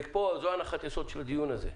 וזו הנחת היסוד של הדיון הזה.